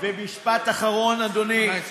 משפט אחרון, אדוני.